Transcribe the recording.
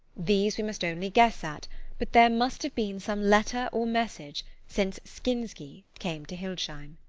these we must only guess at but there must have been some letter or message, since skinsky came to hildesheim.